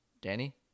danny